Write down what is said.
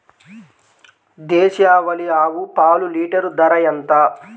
దేశవాలీ ఆవు పాలు లీటరు ధర ఎంత?